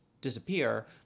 disappear